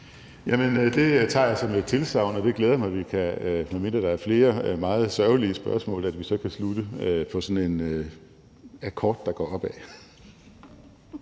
Det tager jeg som et tilsagn, og medmindre der er flere meget sørgelige spørgsmål, glæder det mig, at vi så kan slutte på sådan en akkord, der går opad.